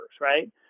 right